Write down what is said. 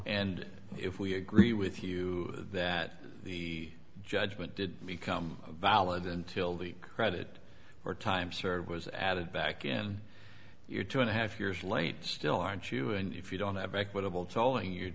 and if we agree with you that the judgement did become valid until the credit for time served was added back in your two and a half years late still aren't you and if you don't have equitable telling you